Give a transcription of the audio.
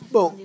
Bom